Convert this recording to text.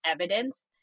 evidence